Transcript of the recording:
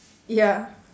ya